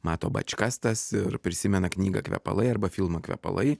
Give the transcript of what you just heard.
mato bačkas tas ir prisimena knygą kvepalai arba filmą kvepalai